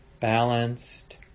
balanced